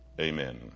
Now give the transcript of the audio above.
Amen